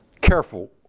careful